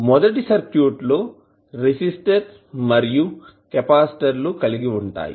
మొదటి సర్క్యూట్ లో రెసిస్టర్ మరియు కెపాసిటర్ లు కలిగి ఉంటాయి